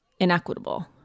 inequitable